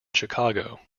chicago